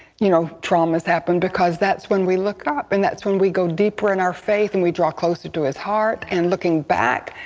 you know, traumas happen because that's when we look up and that's when we go deeper in our faith and we draw closer to his heart and looking back,